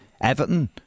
Everton